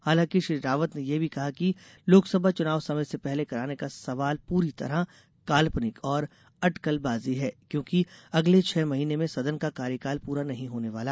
हालांकि श्री रावत ने यह भी कहा कि लोकसभा चुनाव समय से पहले कराने का सवाल पूरी तरह काल्पनिक और अटकलबाजी है क्योंकि अगले छह महीने में सदन का कार्यकाल पूरा नहीं होने वाला